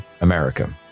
America